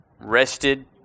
rested